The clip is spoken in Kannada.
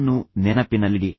ಇದನ್ನು ನೆನಪಿನಲ್ಲಿಡಿ